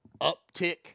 uptick